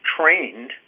trained